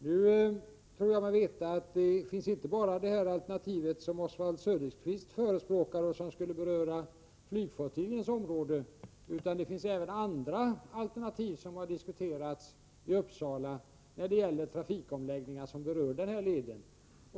Jag tror mig veta att det nu inte bara finns det alternativ som Oswald Söderqvist förespråkar och som skulle beröra flygfottiljens område utan även andra alternativ som har diskuterats i Uppsala när det gäller trafikomläggningar som berör den här leden.